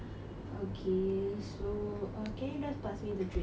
okay so err can you just pass me the drink